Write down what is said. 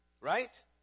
Right